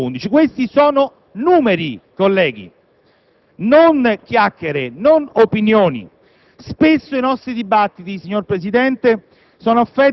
cento entro il 2011. Questi sono numeri, colleghi, non chiacchiere, non opinioni.